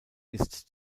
ist